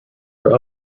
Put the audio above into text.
are